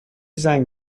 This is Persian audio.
زنگ